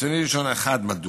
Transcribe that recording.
רצוני לשאול: 1. מדוע?